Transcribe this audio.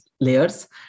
layers